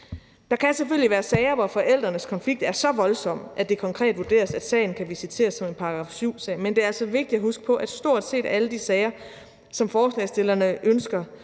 Der kan selvfølgelig være sager, hvor forældrenes konflikt er så voldsom, at det konkret vurderes, at sagen kan visiteres som en § 7-sag, men det er altså vigtigt at huske på, at stort set alle de sager, som forslagsstillerne ønsker